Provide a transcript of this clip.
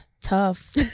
tough